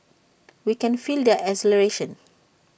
we can feel their exhilaration